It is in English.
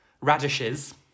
Radishes